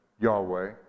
Yahweh